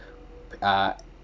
ah